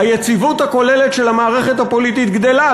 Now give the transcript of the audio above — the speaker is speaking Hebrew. היציבות הכוללת של המערכת הפוליטית גדלה,